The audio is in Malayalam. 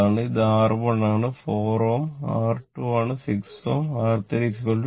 ഇത് R1 ആണ് 4 Ω R2 ആണ് 6 Ω R3 2 Ω